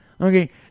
Okay